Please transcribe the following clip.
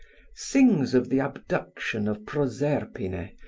sings of the abduction of proserpine,